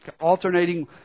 alternating